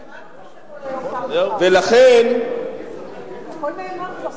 שמענו כבר הכול פעם אחת, הכול נאמר כבר.